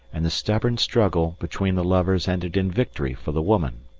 and the stubborn struggle between the lovers ended in victory for the woman.